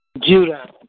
Judah